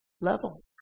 level